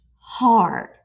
hard